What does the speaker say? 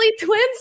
twins